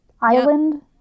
island